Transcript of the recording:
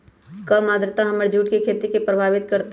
कम आद्रता हमर जुट के खेती के प्रभावित कारतै?